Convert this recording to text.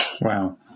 Wow